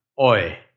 Oi